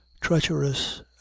treacherous